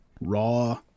raw